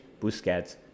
Busquets